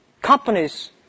Companies